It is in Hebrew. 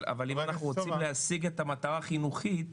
אבל אם אנחנו רוצים להשיג את המטרה החינוכית,